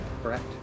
correct